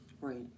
right